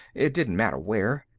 it didn't matter where,